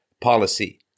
policy